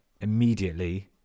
immediately